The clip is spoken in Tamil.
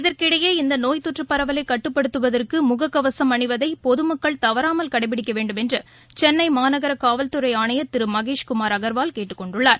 இதற்கிடையே இந்தநோய் தொற்றுபரவலைகட்டுப்படுத்துவதற்குமுககவசம் அணிவதைபொதுமக்கள் தவறாமல் கடைபிடிக்கவேண்டுமென்றுசென்னைமாநகரனவல்துறைஆனையா் திருமகேஷ் குமார் அகர்வால் கேட்டுக் னெண்டுள்ளார்